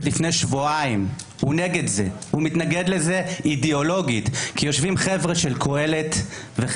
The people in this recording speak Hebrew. הוא מתנגד לזה אידיאולוגית כי יושבים חבר'ה של קהלת ושל